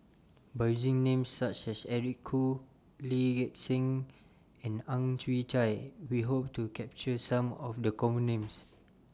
By using Names such as Eric Khoo Lee Gek Seng and Ang Chwee Chai We Hope to capture Some of The Common Names